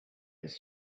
his